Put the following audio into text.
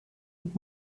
und